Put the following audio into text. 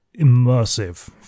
immersive